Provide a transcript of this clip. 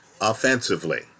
offensively